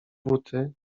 buty